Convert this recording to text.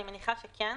אני מניחה שכן,